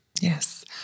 Yes